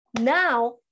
now